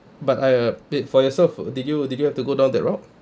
but I uh bit for yourself did you did you have to go down that road